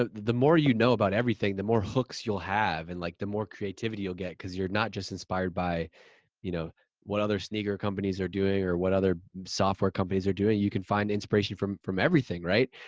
ah the more you know about everything the more hooks you'll have and like the more creativity you'll get. cause you're not just inspired by you know what other sneaker companies are doing or what other software companies are doing you can find inspiration from from everything right?